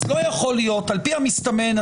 על פי המסתמן,